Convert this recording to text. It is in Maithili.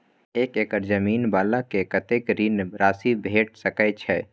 एक एकड़ जमीन वाला के कतेक ऋण राशि भेट सकै छै?